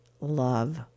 love